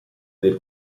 del